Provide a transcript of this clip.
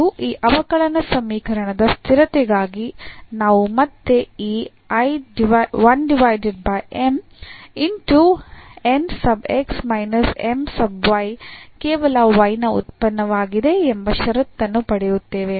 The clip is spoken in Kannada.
ಮತ್ತು ಈ ಅವಕಲನ ಸಮೀಕರಣದ ಸ್ಥಿರತೆಗಾಗಿ ನಾವು ಮತ್ತೆ ಈ ಕೇವಲ y ನ ಉತ್ಪನ್ನವಾಗಿದೆ ಎಂಬ ಷರತ್ತನ್ನು ಪಡೆಯುತ್ತೇವೆ